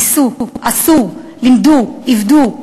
עשו, למדו, עבדו.